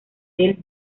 del